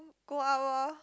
go out oh